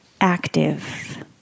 active